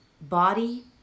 body